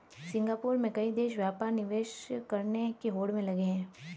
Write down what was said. Singapore में कई देश व्यापार निवेश करने की होड़ में लगे हैं